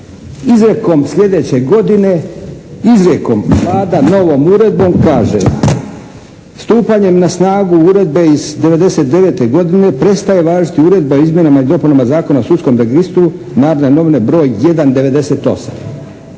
Izrijekom slijedeće godine, izrijekom Vlada novom uredbom kaže: "Stupanjem na snagu uredbe iz '99. godine prestaje važiti Uredba o izmjenama i dopunama Zakona o sudskom registru "Narodne novine" br. 1/98.".